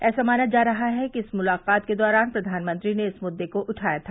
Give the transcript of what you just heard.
ऐसा माना जा रहा है कि इस मुलाकात के दौरान प्रघानमंत्री ने इस मुददे को उठाया था